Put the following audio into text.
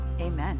amen